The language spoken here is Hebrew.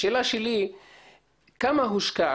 השאלה שלי כמה הושקע.